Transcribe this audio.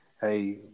hey